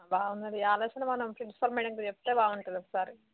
బాగుంది ఈ ఆలోచన మనం ప్రిన్సిపల్ మేడమ్కి చెప్తే బాగుంటుంది ఒకసారి